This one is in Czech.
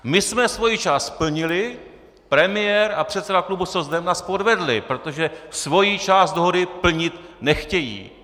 My jsme svoji část splnili, premiér a předseda klubu socdem nás podvedli, protože svoji část dohody plnit nechtějí.